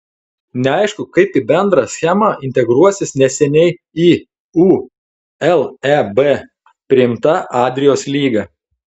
neaišku kaip į bendrą schemą integruosis neseniai į uleb priimta adrijos lyga